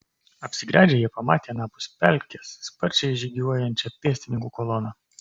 apsigręžę jie pamatė anapus pelkės sparčiai žygiuojančią pėstininkų koloną